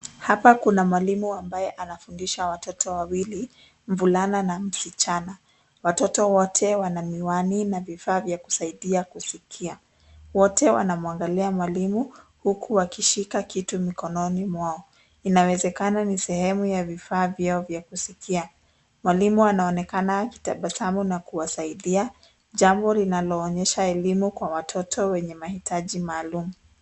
Hapa kuna mwalimu ambaye anafundisha watoto wawili, mvulana na msichana. Watoto wote wana miwani na vifaa vya kusaidia kusikia. Wote wanamwangalia mwalimu huku wakishika kitu mikononi mwao. Inawezekana ni sehemu ya vifaa vyao vya kusikia. Mwalimu anaonekana akitabasamu na kuwasaidia, jambo linaloonyesha elimu kwa watoto wenye mahitaji maalum.